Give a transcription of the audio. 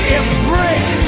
embrace